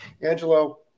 Angelo